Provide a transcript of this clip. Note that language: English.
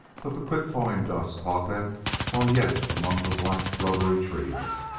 but the quick-falling dusk caught them while yet among the black rubbery trees.